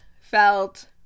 felt